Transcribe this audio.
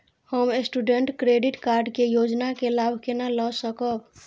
हम student credit card के योजना के लाभ केना लय सकब?